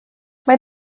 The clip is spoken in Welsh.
mae